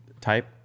type